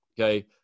Okay